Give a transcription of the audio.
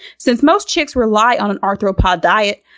since most chicks rely on an arthropod diet,